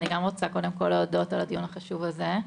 אני גם רוצה קודם כל להודות על הדיון החשוב הזה.